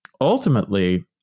ultimately